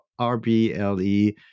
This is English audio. RBLE